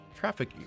Traffic